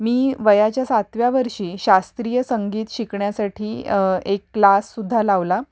मी वयाच्या सातव्या वर्षी शास्त्रीय संगीत शिकण्यासाठी एक क्लास सुद्धा लावला